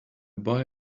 boy